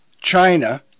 China